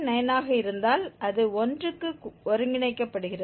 9 ஆக இருந்தால் அது 1 க்கு ஒருங்கிணைக்கப்படுகிறது